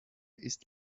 ist